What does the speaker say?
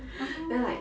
oh